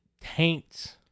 taints